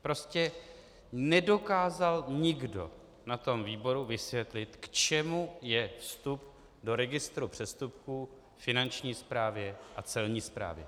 Prostě nedokázal nikdo na tom výboru vysvětlit, k čemu je vstup do registru přestupků Finanční správě a Celní správě.